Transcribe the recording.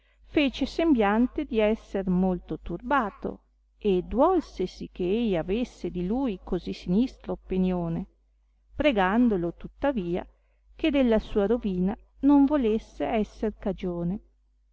fece sembiante di esser molto turbato e duolsesi che ei avesse di lui così sinistra oppenione pregandolo tuttavia che della sua rovina non volesse esser cagione